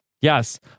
Yes